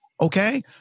Okay